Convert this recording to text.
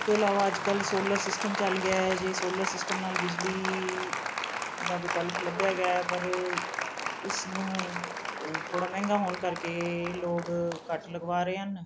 ਇਸ ਤੋਂ ਇਲਾਵਾ ਅੱਜ ਕੱਲ੍ਹ ਸੋਲਰ ਸਿਸਟਮ ਚੱਲ ਗਿਆ ਜੀ ਸੋਲਰ ਸਿਸਟਮ ਨਾਲ ਬਿਜਲੀ ਦਾ ਵਿਕਲਪ ਲੱਭਿਆ ਗਿਆ ਹੈ ਪਰ ਇਸਨੂੰ ਥੋੜ੍ਹਾ ਮਹਿੰਗਾ ਹੋਣ ਕਰਕੇ ਲੋਕ ਘੱਟ ਲਗਵਾ ਰਹੇ ਹਨ